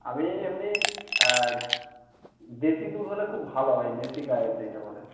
আমি এমনি দেশি দুধ হলে খুব ভালো হয় দেশি গাইয়ের যেইটা বলে